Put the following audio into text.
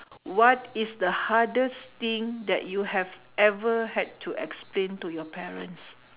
what is the hardest thing that you have ever had to explain to your parents